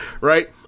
right